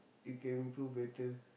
it can improve better